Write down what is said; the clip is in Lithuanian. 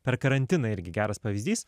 per karantiną irgi geras pavyzdys